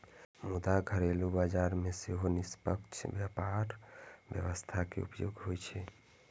मुदा घरेलू बाजार मे सेहो निष्पक्ष व्यापार व्यवस्था के उपयोग होइ छै